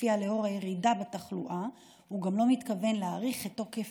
ולפיו לאור הירידה בתחלואה הוא גם לא מתכוון להאריך את תוקף